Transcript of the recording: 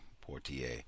Portier